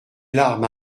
larmes